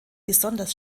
besonders